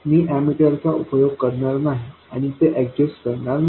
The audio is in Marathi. मी अॅममीटर चा उपयोग करणार नाही आणि ते ऍडजस्ट करणार नाही